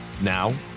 now